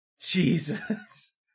jesus